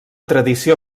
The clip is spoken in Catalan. tradició